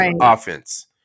offense